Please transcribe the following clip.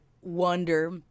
wonder